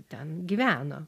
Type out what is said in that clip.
ten gyveno